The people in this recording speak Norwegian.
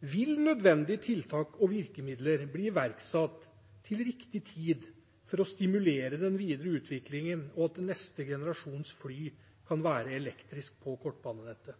Vil nødvendige tiltak og virkemidler bli iverksatt til riktig tid for å stimulere den videre utviklingen, og at neste generasjons fly kan være elektriske på kortbanenettet?